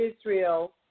Israel